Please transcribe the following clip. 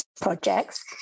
projects